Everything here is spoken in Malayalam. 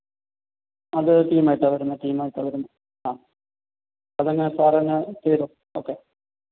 അത് ടീമായിട്ടാണ് വരുന്നത് ടീമായിട്ടാണ് വരുന്നത് അ അതങ്ങനെ സാറു തന്നെ ചെയ്തോളൂ ഓക്കെ